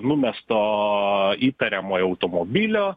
numesto įtariamojo automobilio